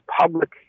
public